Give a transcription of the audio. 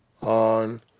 on